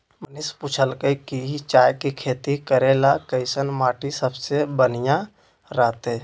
मनीष पूछलकई कि चाय के खेती करे ला कईसन माटी सबसे बनिहा रहतई